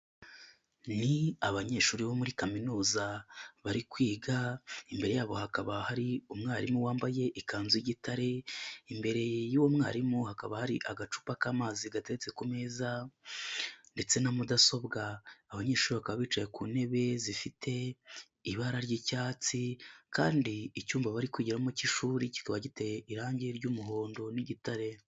Ni abanyeshuri bo muri kaminuza bari kwiga, imbere yabo hakaba hari umwarimu wambaye ikanzu y'igitare, imbere y'uwo mwarimu hakaba hari agacupa k'amazi gatetse ku meza, ndetse na mudasobwa. Abanyeshuri baka bicaye ku ntebe zifite ibara ry'icyatsi kandi icyumba bari kwigiramo k'ishuri kikaba giteye irangi ry'umuhondo n'igitare.